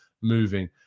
moving